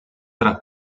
tra